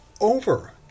over